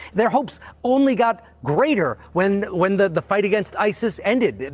their hopes only got greater when when the the fight against isis ended.